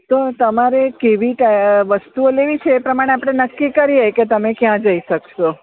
તો તમારે કેવી વસ્તુઓ લેવી છે એ પ્રમાણે આપણે નક્કી કરીએ કે તમે ક્યાં જઈ શકશો